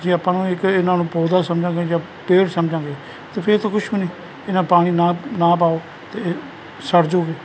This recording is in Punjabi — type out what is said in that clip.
ਜੇ ਆਪਾਂ ਨੂੰ ਇੱਕ ਇਹਨਾਂ ਨੂੰ ਪੌਦਾ ਸਮਝਾਂਗੇ ਜਾਂ ਪੇੜ ਸਮਝਾਂਗੇ ਤਾਂ ਫਿਰ ਤਾਂ ਕੁਛ ਵੀ ਨਹੀਂ ਇਹਨਾਂ ਪਾਣੀ ਨਾ ਪਾਓ ਤਾਂ ਸੜ ਜੋਗੇ